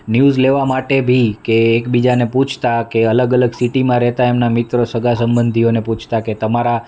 news લેવા માટે બી કે એકબીજાને પૂછતાં કે અલગ અલગ સિટીમાં રહેતા એમના મિત્રો સગા સબંધીઓને પૂછતાં કે તમારા